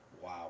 Wow